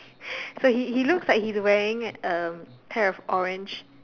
so he he looks like he's wearing a pair of orange